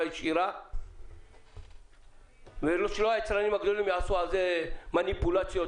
ישירה ולא שהיצרנים הגדולים יעשו על זה מניפולציות